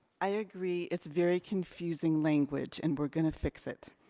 i agree it's very confusing language, and we're gonna fix it.